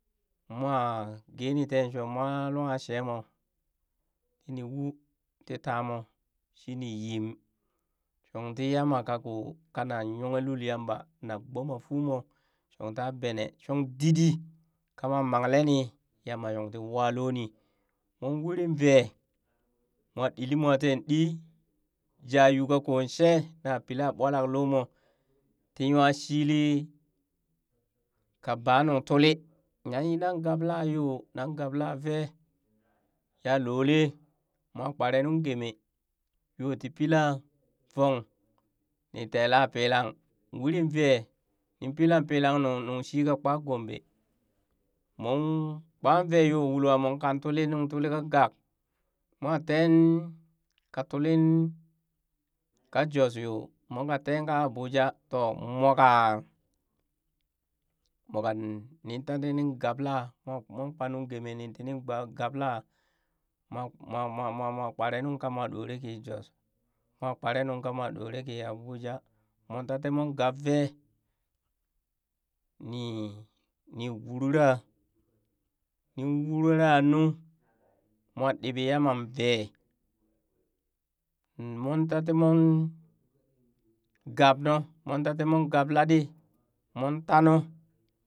Mooh gee ni tee shoo moo lungha sheee moo niii uu ti tamu shini yim, shong tii yama kakoo kanan yonghe lul yamba na gbomaa fuu mo shoon taa bene shong didi kamoo nang leeni yama shong tii wa luni, mong uri vee moo ɗilii mo tee ɗii jaa uu ka koo shee na pila ɓolak loo moo tii nywa shili ka baa nuŋ tuli nan yinan gablaa yoo nan gablaa vee ya loole mwa kpare nuŋ gee mee yo tii pila vong nii tela pilang wurin vee nin pilang nuŋ shi ka kpa gombe mong kpaa vee yoo wulwa moon kang tuli nun tuli ka gang, moon teen ka tulin kaa jos yoo moon kaa tee kaa abuja, to moka moka nin ta tinin gabla mwa mon kpa nungeme nin tinin gba gabla mwa mwa mwa mwa kperee nung ka mwa ɗore ki jos moh kperee nung ka mwa ɗore ki abuja moon ta tii moon gab vee nii ni uriria, nii uriria nu moon ɗiɓi yama vee mong tati mong gab nu mong tati mong gab laɗi mon tanu.